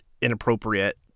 inappropriate